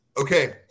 Okay